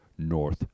North